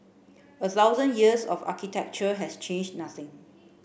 a thousand years of architecture has changed nothing